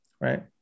Right